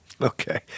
Okay